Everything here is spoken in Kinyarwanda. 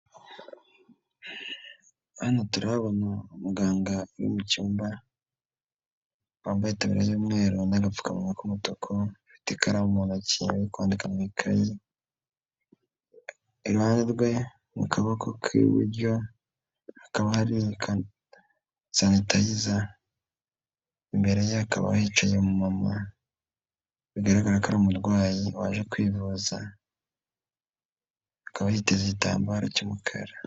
Hano turahabona umuganga uri mu cyumba, wambaye itaburiya y'umweru n'agapfukamuwa k'umutuku, ufite ikaramu mu ntoki ari kwandika mu ikaye, iruhande rwe mu kaboko k'iburyo hakaba hari sanitayiza, imbere ye hakaba hicaye umumama bigaragara ko ari umurwanyi waje kwivuza, akaba yiteze igitambaro cy'umukara.